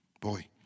Boy